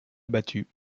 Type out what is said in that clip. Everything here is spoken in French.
abattu